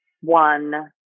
one